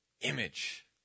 Image